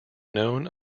known